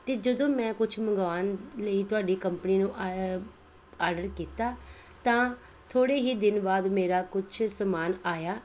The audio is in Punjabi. ਅਤੇ ਜਦੋਂ ਮੈਂ ਕੁਛ ਮੰਗਵਾਉਣ ਲਈ ਤੁਹਾਡੀ ਕੰਪਨੀ ਨੂੰ ਆ ਆਰਡਰ ਕੀਤਾ ਤਾਂ ਥੋੜ੍ਹੇ ਹੀ ਦਿਨ ਬਾਅਦ ਮੇਰਾ ਕੁਛ ਸਮਾਨ ਆਇਆ